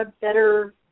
better